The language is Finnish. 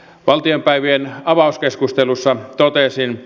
valtiopäivien avauskeskustelussa totesin